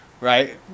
right